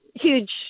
huge